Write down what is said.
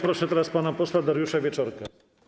Proszę teraz pana posła Dariusza Wieczorka.